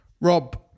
Rob